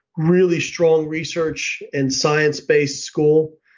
really strong research and science-based school.